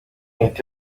ibiti